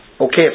okay